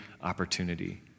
opportunity